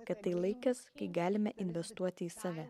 kad tai laikas kai galime investuoti į save